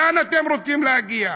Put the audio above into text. לאן אתם רוצים להגיע?